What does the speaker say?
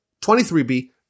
23b